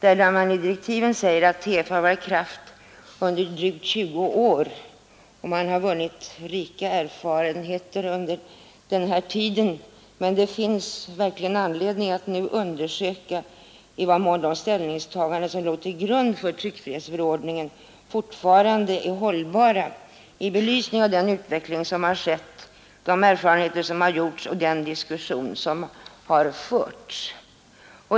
I dess direktiv heter det att TF varit i kraft under drygt 20 år och att man vunnit rika erfarenheter under denna tid men att det finns anledning nu undersöka i vad mån de ställningstaganden som låg till grund för tryckfrihetsförordningen fortfarande är hållbara i belysning av den utveckling som har skett, de erfarenheter som gjorts och den diskussion som förts.